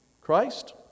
Christ